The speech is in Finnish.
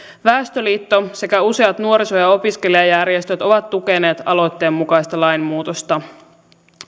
väestöliitto sekä useat nuoriso ja opiskelijajärjestöt ovat tukeneet aloitteen mukaista lainmuutosta